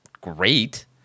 great